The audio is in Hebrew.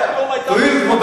היהודים ב-1800.